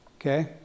Okay